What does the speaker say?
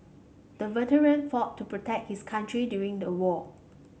the veteran fought to protect his country during the war